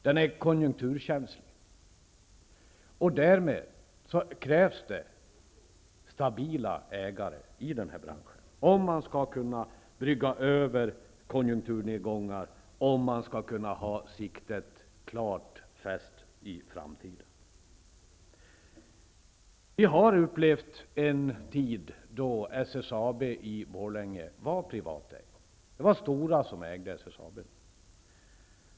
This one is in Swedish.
Den är konjunkturkänslig, och därmed krävs det stabila ägare i denna bransch om man skall kunna överbrygga konjunkturnedgångar, om man skall kunna ha siktet klart inställt på framtiden. Vi har upplevt en tid då SSAB i Borlänge var privatägt; det var Stora som då ägde SSAB.